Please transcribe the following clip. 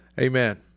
amen